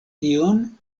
tion